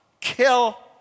kill